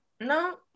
no